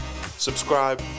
subscribe